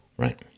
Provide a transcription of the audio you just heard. Right